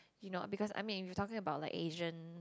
you know because I mean if you're talking about Asian